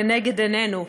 לנגד עינינו,